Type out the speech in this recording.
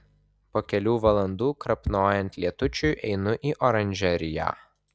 po kelių valandų krapnojant lietučiui einu į oranžeriją